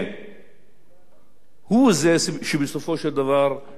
זה מה שבסופו של דבר ימיט אסון על מדינת ישראל.